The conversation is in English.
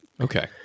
Okay